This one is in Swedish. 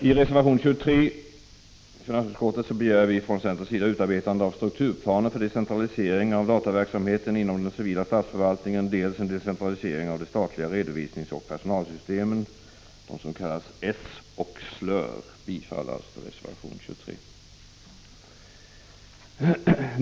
I reservation 23 till finansutskottets betänkande begär vi från centerpartiets sida utarbetande av strukturplaner för dels decentralisering av dataverksamheten inom den civila statsförvaltningen, dels en decentralisering av de statliga redovisningsoch personalsystemen som kallas S och SLÖR. Bifall till reservation 23.